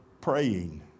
praying